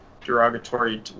derogatory